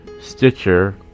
Stitcher